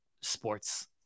sports